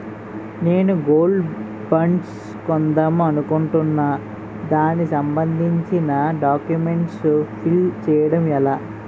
నేను gold bonds కొందాం అనుకుంటున్నా దానికి సంబందించిన డాక్యుమెంట్స్ ఫిల్ చేయడం ఎలా?